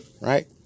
Right